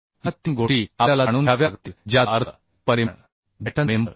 या 3 गोष्टी आपल्याला जाणून घ्याव्या लागतील ज्याचा अर्थ परिमाण बॅटन मेंबर